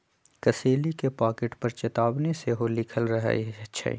कसेली के पाकिट पर चेतावनी सेहो लिखल रहइ छै